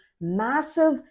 massive